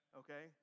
okay